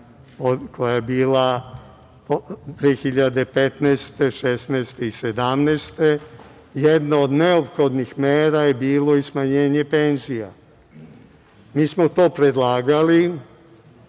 koja je bila 2015, 2015, 2016. i 2017. godine jedna od neophodnim mera je bilo i smanjenje penzija. Mi smo to predlagali